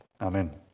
Amen